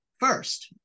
first